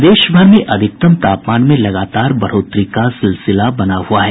प्रदेश भर में अधिकतम तापमान में लगातार बढ़ोतरी का सिलसिला बना हुआ है